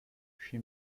she